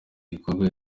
gikorwa